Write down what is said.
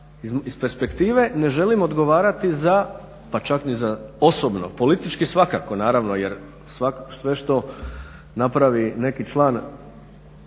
iz perspektive ne želim odgovarati pa čak ni za osobno, politički svakako naravno jer sve što napravi neki član